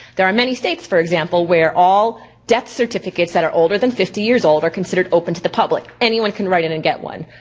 there are many states for example where all death certificates that are older than fifty years old are considered open to the public. anyone can write in and get one.